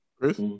Chris